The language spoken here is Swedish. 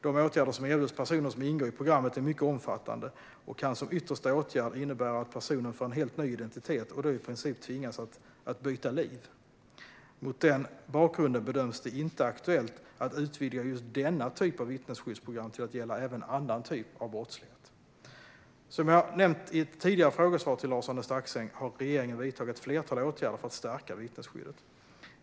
De åtgärder som erbjuds personer som ingår i programmet är mycket omfattande och kan ytterst innebära att personen får en helt ny identitet och då i princip tvingas att "byta liv". Mot den bakgrunden bedöms det inte aktuellt att utvidga just denna typ av vittnesskyddsprogram till att gälla även annan typ av brottslighet. Som jag nämnt i ett tidigare frågesvar till Lars-Arne Staxäng har regeringen vidtagit ett flertal åtgärder för att stärka vittnesskyddet.